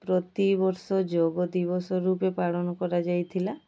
ପ୍ରତି ବର୍ଷ ଯୋଗ ଦିବସ ରୂପେ ପାଳନ କରାଯାଇଥିଲା